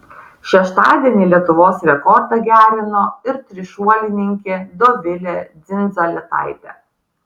šeštadienį lietuvos rekordą gerino ir trišuolininkė dovilė dzindzaletaitė